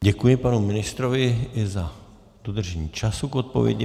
Děkuji panu ministrovi i za dodržení času k odpovědi.